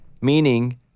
Meaning